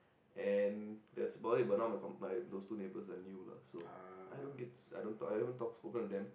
and that's about it but not my com~ my those two neighbors are new lah so I don't get I don't talk I don't talk spoken to them